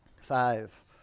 Five